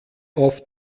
auf